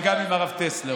וגם עם הרב טסלר.